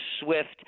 SWIFT